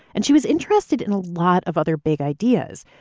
and she was interested in a lot of other big ideas.